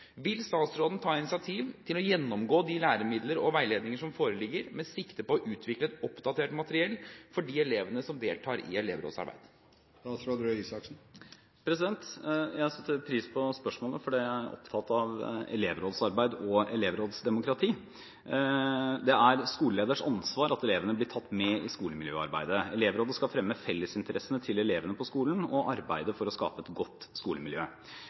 Vil statsråden ta initiativ til å gjennomgå de læremidler og veiledninger som foreligger med sikte på å utvikle et oppdatert materiell for de elevene som deltar i elevrådsarbeid?» Jeg setter pris på spørsmålet, for jeg er opptatt av elevrådsarbeid og elevrådsdemokrati. Det er skoleleders ansvar at elevene blir tatt med i skolemiljøarbeidet. Elevrådet skal fremme fellesinteressene til elevene på skolen og arbeide for å skape et godt skolemiljø.